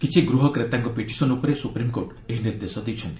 କିଛି ଗୃହ କ୍ରେତାଙ୍କ ପିଟିସନ୍ ଉପରେ ସୁପ୍ରିମ୍କୋର୍ଟ ଏହି ନିର୍ଦ୍ଦେଶ ଦେଇଛନ୍ତି